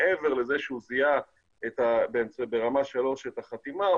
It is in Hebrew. מעבר לזה שהוא זיהה ברמה 3 את החתימה,